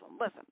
listen